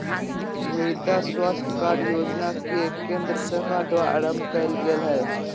मृदा स्वास्थ कार्ड योजना के केंद्र सरकार द्वारा आरंभ कइल गेल हइ